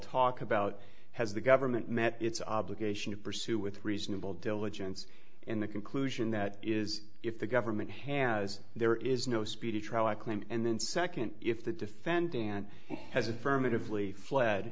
talk about has the government met its obligation to pursue with reasonable diligence in the conclusion that is if the government has there is no speedy trial likely and then second if the defendant has affirmatively fled